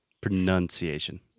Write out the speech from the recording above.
Pronunciation